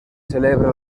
celebra